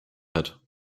hat